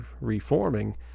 reforming